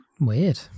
weird